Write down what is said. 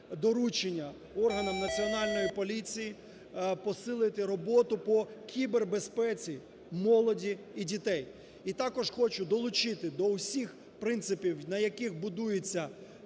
доручення органам Національної поліції посилити роботу по кібербезпеці молоді і дітей. І також хочу долучити всіх принципів, на яких будується